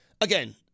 again